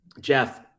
jeff